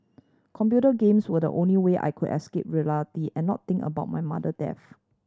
computer games were the only way I could escape reality and not think about my mother death